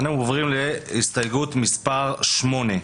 אנו עוברים להסתייגות מס' 8,